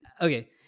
okay